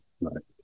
right